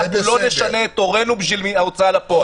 אנחנו לא נשנה את עורנו בשביל ההוצאה לפועל.